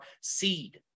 seed